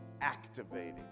activating